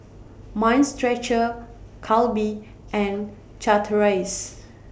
Mind Stretcher Calbee and Chateraise